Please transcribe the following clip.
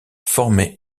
formé